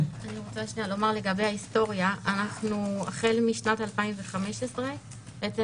לגבי ההיסטוריה - החל משנת 2015 כן